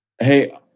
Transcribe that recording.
Hey